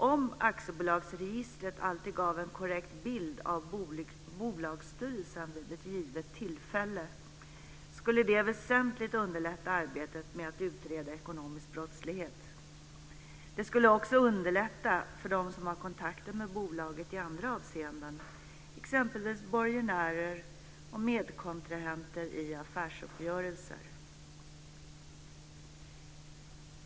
Om aktiebolagsregistret alltid gav en korrekt bild av bolagsstyrelsen vid ett givet tillfälle skulle det väsentligt underlätta arbetet med att utreda ekonomisk brottslighet. Det skulle också underlätta för dem som har kontakter med bolaget i andra avseenden, exempelvis borgenärer och medkontrahenter i affärsuppgörelser.